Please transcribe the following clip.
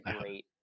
great